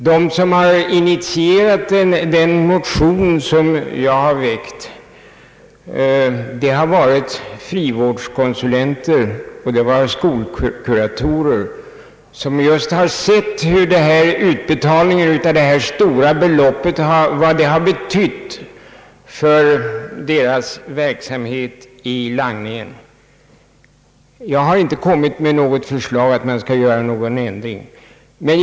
De som har initierat min motion har varit frivårdskonsulenter och skolkuratorer, vilka har sett vad utbetalningen av dessa stora belopp betytt för dem som sysslar med langning. Jag har inte kommit med något förslag om att man skall göra någon ändring i gällande bestämmelser.